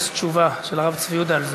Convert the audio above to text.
יש תשובה של הרב צבי יהודה על זה.